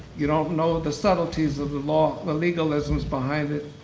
you don't know the subtleties of the law, the legalisms behind it,